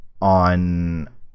on